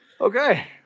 Okay